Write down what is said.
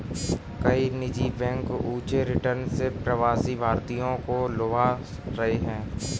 कई निजी बैंक ऊंचे रिटर्न से प्रवासी भारतीयों को लुभा रहे हैं